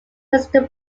western